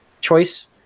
choice